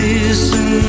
Listen